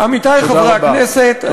עמיתי חברי הכנסת, תודה רבה.